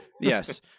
Yes